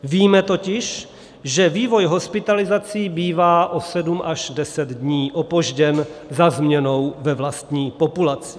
Víme totiž, že vývoj hospitalizací bývá o sedm až deset dní opožděn za změnou ve vlastní populaci.